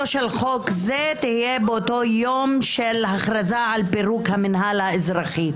"תחילתו של חוק זה תהיה באותו יום של הכרזה על פירוק המינהל האזרחי".